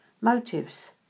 Motives